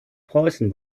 preußen